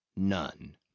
None